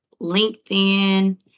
LinkedIn